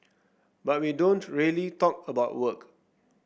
but we don't really talk about work